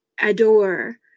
adore